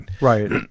Right